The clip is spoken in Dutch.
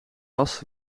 was